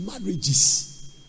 marriages